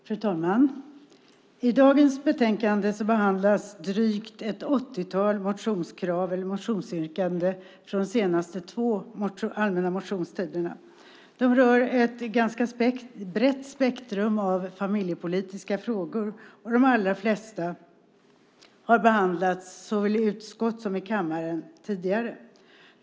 Fru talman! I dagens betänkande behandlas drygt ett 80-tal motionsyrkanden från de senaste två allmänna motionstiderna. De rör ett ganska brett spektrum av familjepolitiska frågor, och de allra flesta har behandlats såväl i utskottet som i kammaren tidigare.